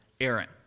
Aaron